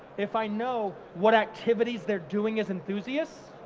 if i know what activities they're doing as enthusiasts,